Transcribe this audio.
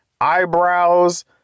eyebrows